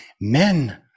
men